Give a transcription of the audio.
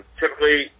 typically